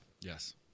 Yes